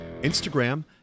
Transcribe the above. instagram